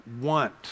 want